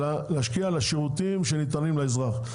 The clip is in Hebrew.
אלא להשקיע לשירותים שניתנים לאזרח.